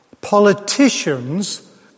Politicians